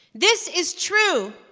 this is true.